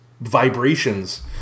vibrations